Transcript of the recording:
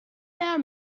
our